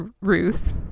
Ruth